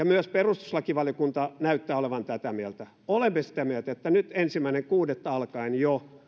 myös perustuslakivaliokunta näyttää olevan tätä mieltä olemme sitä mieltä että jo nyt ensimmäinen kuudetta alkaen